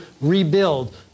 rebuild